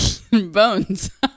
Bones